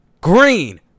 Green